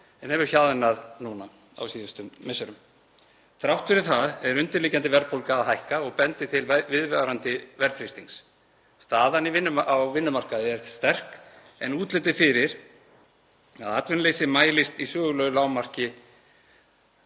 en hefur hjaðnað núna á síðustu misserum. Þrátt fyrir það er undirliggjandi verðbólga að hækka og bendir til viðvarandi verðþrýstings. Staðan á vinnumarkaði er sterk en atvinnuleysi mælist í sögulegu lágmarki